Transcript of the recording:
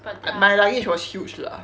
but my luggage was huge lah